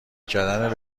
کردن